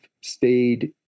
stayed